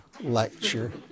lecture